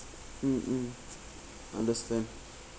mm mm understand